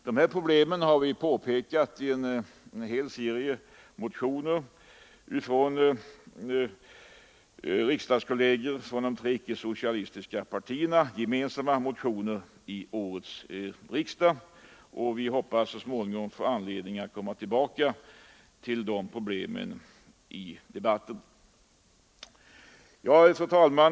/ Dessa problem har riksdagsledamöter från de tre icke-socialistiska partierna påpekat i gemensamma motioner till årets riksdag. Vi hoppas så småningom få anledning att komma tillbaka till dem i debatten.